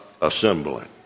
assembling